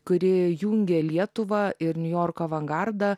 kuri jungė lietuvą ir niujorko avangardą